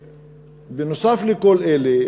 ובנוסף לכל אלה,